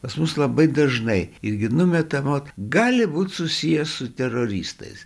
pas mus labai dažnai irgi numetama vot gali būt susiję su teroristais